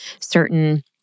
certain